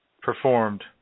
performed